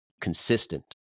consistent